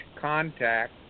contact